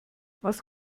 was